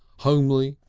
homely,